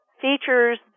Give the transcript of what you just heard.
features